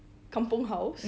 kampung house